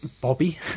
Bobby